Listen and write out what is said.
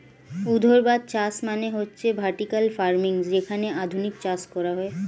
ঊর্ধ্বাধ চাষ মানে হচ্ছে ভার্টিকাল ফার্মিং যেখানে আধুনিক চাষ করা হয়